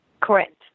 Correct